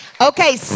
Okay